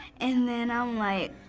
and then i'm like.